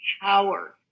power